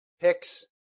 picks